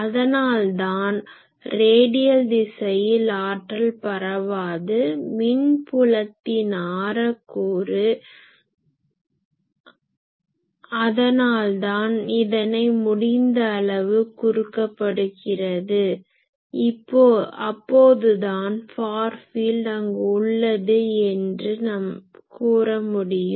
அதனால் தான் ரேடியல் திசையில் ஆற்றல் பரவாது மின் புலத்தின் ஆர கூறு அதனால் தான் இதனை முடிந்த அளவு குறுக்கப்படுகிறது அப்போது தான் ஃபார் ஃபீல்ட் அங்கு உள்ளது என்று கூற முடியும்